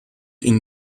ihn